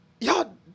y'all